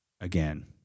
again